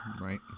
Right